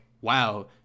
wow